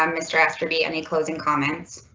um mr aster be any closing comments.